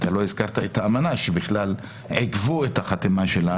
אתה לא הזכרת את האמנה שבכלל עיכבו את החתימה שלה,